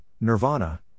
Nirvana